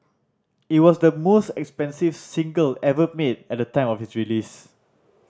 it was the most expensive single ever made at the time of its release